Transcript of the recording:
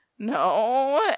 no